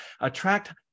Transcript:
attract